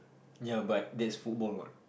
ya but that's football what